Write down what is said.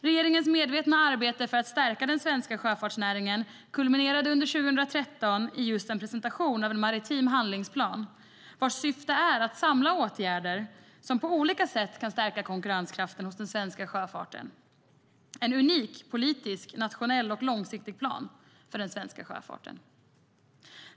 Regeringens medvetna arbete för att stärka den svenska sjöfartsnäringen kulminerade under 2013 i just en presentation av en maritim handlingsplan vars syfte är att samla åtgärder som på olika sätt kan stärka konkurrenskraften hos den svenska sjöfarten. Det är en unik politisk, nationell och långsiktig plan för den svenska sjöfarten.